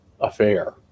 affair